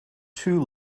two